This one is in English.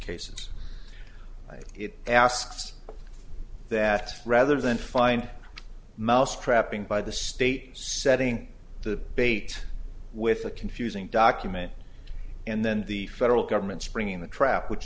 cases it asks that rather than find mouse trapping by the state setting the bait with a confusing document and then the federal government springing the trap which